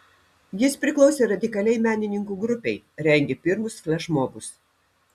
jis priklausė radikaliai menininkų grupei rengė pirmus flešmobus